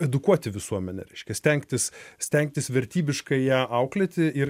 edukuoti visuomenę reiškia stengtis stengtis vertybiškai ją auklėti ir